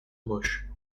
roche